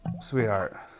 sweetheart